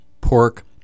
pork